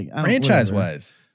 Franchise-wise